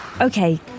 Okay